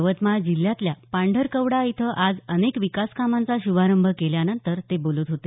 यवतमाळ जिल्ह्यातल्या पांढरकवडा इथं आज अनेक विकास कामांचा शुभारंभ केल्यानंतर ते बोलत होते